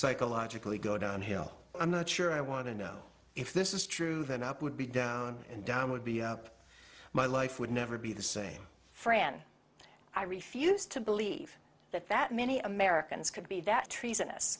psychologically go downhill i'm not sure i want to know if this is true that up would be down and down would be up my life would never be the same fran i refuse to believe that that many americans could be that tre